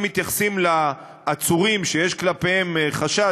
אם מתייחסים לעצורים שיש כלפיהם חשד,